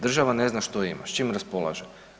Država ne zna što ima, s čim raspolaže.